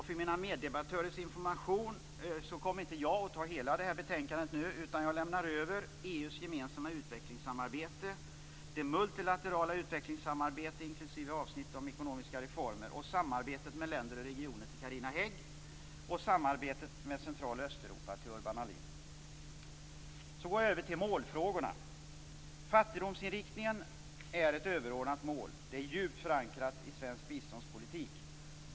För mina meddebattörers information vill jag säga att jag inte kommer att beröra hela detta betänkande. Jag lämnar över EU:s gemensamma utvecklingssamarbete, det multilaterala utvecklingssamarbetet, inklusive avsnittet om ekonomiska reformer, och samarbetet med länder och regioner till Carina Hägg och samarbetet med Central och Östeuropa till Urban Ahlin. Jag går över till målfrågorna. Fattigdomsinriktningen är ett överordnat mål, djupt förankrat i svensk biståndspolitik.